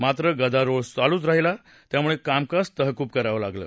मात्र गदारोळ चालूच राहिला त्यामुळे कामकाज तहकूब करावं लागलं